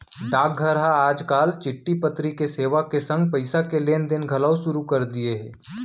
डाकघर हर आज काल चिट्टी पतरी के सेवा के संग पइसा के लेन देन घलौ सुरू कर दिये हे